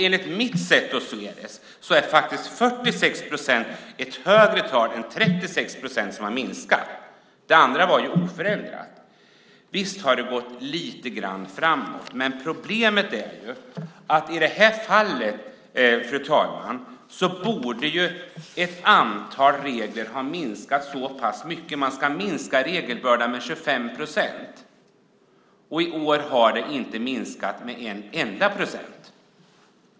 Enligt mitt sätt att se detta är 46 procents ökning faktiskt mer än 36 procents minskning. I övrigt var det ju oförändrat. Visst har det gått lite grann framåt. Problemet är dock att ett antal regler i det här fallet, fru talman, borde ha minskat. Regelbördan ska ju minskas med 25 procent. Men i år har den inte minskat med en enda procent.